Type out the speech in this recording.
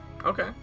Okay